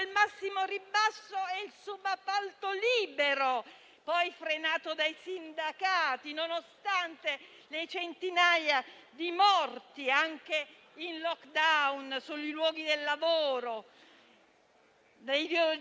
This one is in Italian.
massimo ribasso e il subappalto libero, poi frenato dai sindacati, nonostante le centinaia di morti anche durante il *lockdown* sui luoghi di lavoro.